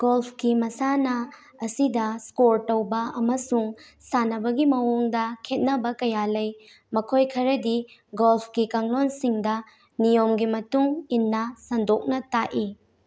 ꯒꯣꯜꯐꯀꯤ ꯃꯁꯥꯟꯅ ꯑꯁꯤꯗ ꯏꯁꯀꯣꯔ ꯇꯧꯕ ꯑꯃꯁꯨꯡ ꯁꯥꯟꯅꯕꯒꯤ ꯃꯑꯣꯡꯗ ꯈꯦꯠꯅꯕ ꯀꯌꯥ ꯂꯩ ꯃꯈꯣꯏ ꯈꯔꯗꯤ ꯒꯣꯜꯐꯀꯤ ꯀꯥꯡꯂꯣꯟꯁꯤꯡꯗ ꯅꯤꯌꯣꯝꯒꯤ ꯃꯇꯨꯡ ꯏꯟꯅ ꯁꯟꯗꯣꯛꯅ ꯇꯥꯛꯏ